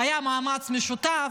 היה מאמץ משותף.